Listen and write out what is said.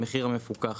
במחיר המפוקח.